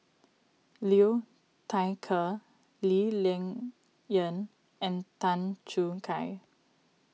Liu Thai Ker Lee Ling Yen and Tan Choo Kai